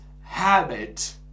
habit